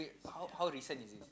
how how recent is this